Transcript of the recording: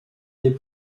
des